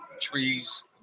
trees